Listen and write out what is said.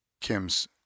Kim's